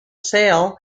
sale